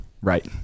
right